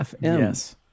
Yes